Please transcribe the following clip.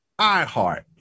iHeart